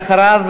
ואחריו,